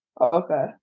Okay